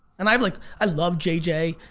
and i have like, i love jj,